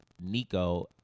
Nico